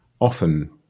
often